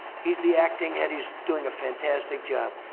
he's the acting head. he's doing a fantastic job.